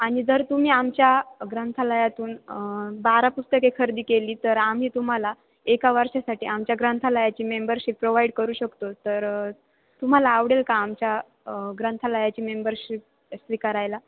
आणि जर तुम्ही आमच्या ग्रंथालयातून बारा पुस्तके खरेदी केली तर आम्ही तुम्हाला एका वर्षासाठी आमच्या ग्रंथालयाची मेंबरशिप प्रोव्हाइड करू शकतो तर तुम्हाला आवडेल का आमच्या ग्रंथालयाची मेंबरशिप स्वीकारायला